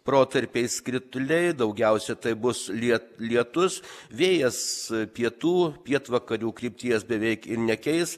protarpiais krituliai daugiausia tai bus liet lietus vėjas pietų pietvakarių krypties beveik nekeis